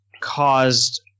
caused